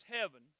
heaven